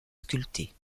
sculptés